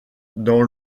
dans